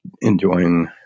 enjoying